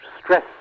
stress